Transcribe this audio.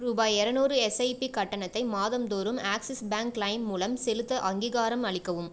ரூபாய் இரநூறு எஸ்ஐபி கட்டணத்தை மாதந்தோறும் ஆக்ஸிஸ் பேங்க் லைம் மூலம் செலுத்த அங்கீகாரம் அளிக்கவும்